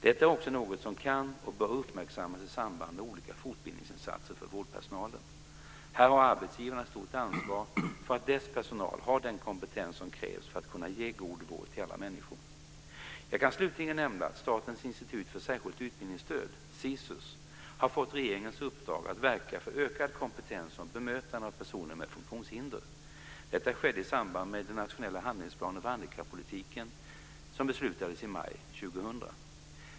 Detta är också något som kan och bör uppmärksammas i samband med olika fortbildningsinsatser för vårdpersonalen. Här har arbetsgivarna ett stort ansvar för att deras personal har den kompetens som krävs för att kunna ge god vård till alla människor. Jag kan slutligen nämna att Statens institut för särskilt utbildningsstöd, SISUS, har fått regeringens uppdrag att verka för ökad kompetens om bemötande av personer med funktionshinder. Det skedde i samband med att den nationella handlingsplanen för handikappolitiken beslutades i maj 2000.